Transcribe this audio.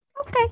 okay